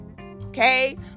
Okay